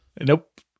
Nope